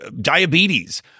diabetes